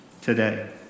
today